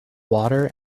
water